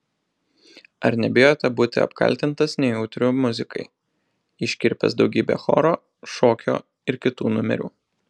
ar nebijote būti apkaltintas nejautriu muzikai iškirpęs daugybę choro šokio ir kitų numerių